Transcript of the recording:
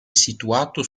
situato